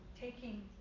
taking